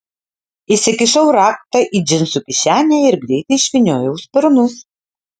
įsikišau raktą į džinsų kišenę ir greitai išvyniojau sparnus